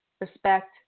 respect